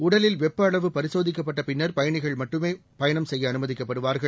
உடலில் வெப்ப அளவு பரிசோதிக்கப்பட்ட பின்னர் பயணிகள் மட்டுமே பயணம் செய்ய அனுமதிக்கப்படுவார்கள்